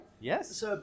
Yes